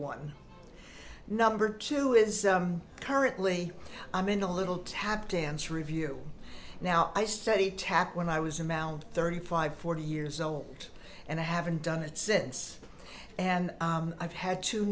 one number two is currently i'm in a little tap dance review now i studied tap when i was in mt thirty five forty years old and i haven't done it since and i've had two